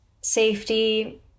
safety